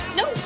no